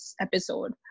episode